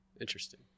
Interesting